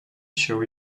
show